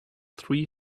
three